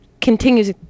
continues